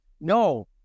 No